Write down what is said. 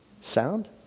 sound